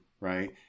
right